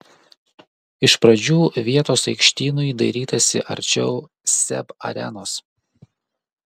iš pradžių vietos aikštynui dairytasi arčiau seb arenos